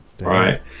Right